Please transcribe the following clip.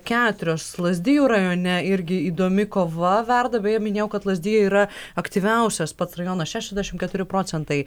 keturios lazdijų rajone irgi įdomi kova verda beje minėjau kad lazdijai yra aktyviausias pats rajonas šešiasdešimt keturi procentai